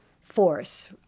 force